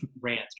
rant